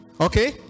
Okay